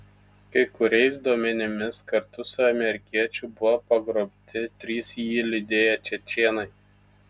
kai kuriais duomenimis kartu su amerikiečiu buvo pagrobti trys jį lydėję čečėnai